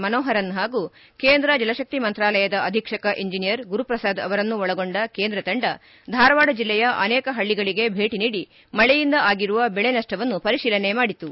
ಮನೋಹರನ್ ಹಾಗೂ ಕೇಂದ್ರ ಜಲಶಕ್ತಿ ಮಂತ್ರಾಲಯದ ಅಧೀಕ್ಷಕ ಇಂಜಿನಿಯರ್ ಗುರುಶ್ರಸಾದ್ ಅವರನ್ನು ಒಳಗೊಂಡ ಕೇಂದ್ರ ತಂಡ ಧಾರವಾಡ ಜಿಲ್ಲೆಯ ಅನೇಕ ಹಳ್ಳಗಳಿಗೆ ಭೇಟ ನೀಡಿ ಮಳೆಯಿಂದ ಆಗಿರುವ ಬೆಳೆ ನಷ್ವವನ್ನು ಪರಿಶೀಲನೆ ಮಾಡಿತು